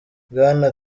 bwana